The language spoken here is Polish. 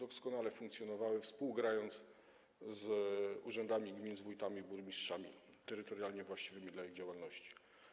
One doskonale funkcjonowały, współpracując z urzędami gmin, z wójtami i burmistrzami terytorialnie właściwymi dla ich działalności.